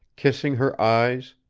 kissing her eyes,